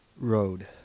road